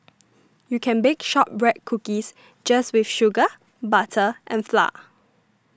you can bake Shortbread Cookies just with sugar butter and flour